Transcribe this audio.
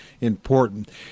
important